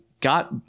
got